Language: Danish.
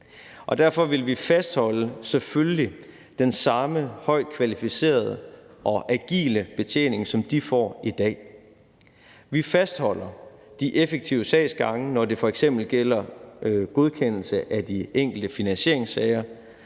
selvfølgelig fastholde den samme højt kvalificerede og agile betjening, som de får i dag. Vi fastholder de effektive sagsgange, når det f.eks. gælder godkendelse af de enkelte finansieringssager.